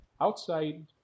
outside